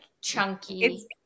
chunky